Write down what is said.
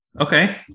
Okay